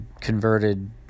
converted